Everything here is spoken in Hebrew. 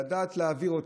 לדעת להעביר אותה,